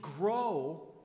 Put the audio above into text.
grow